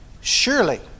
Surely